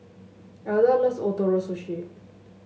Elda loves Ootoro Sushi